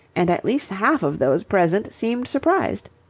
and at least half of those present seemed surprised.